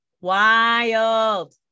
wild